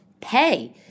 pay